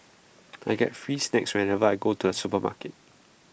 I get free snacks whenever I go to the supermarket